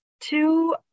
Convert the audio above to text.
Two